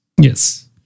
Yes